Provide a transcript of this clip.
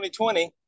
2020